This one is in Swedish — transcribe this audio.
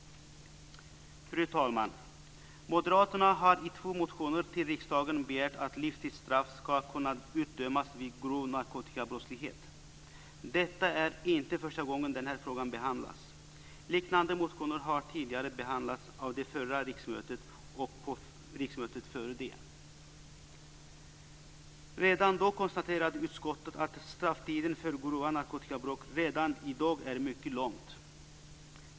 Fru talman! Moderaterna har i två motioner till riksdagen begärt att livstidsstraff ska kunna utdömas vid grov narkotikabrottslighet. Det är inte första gången den frågan behandlas. Liknande motioner har behandlats av det förra riksmötet och av riksmötet före det. Redan då konstaterade utskottet att strafftiden för grova narkotikabrott redan i dag är mycket lång.